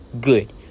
good